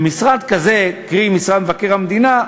למשרד כזה, קרי משרד מבקר המדינה,